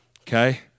okay